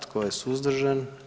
Tko je suzdržan?